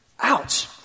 Ouch